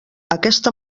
aquesta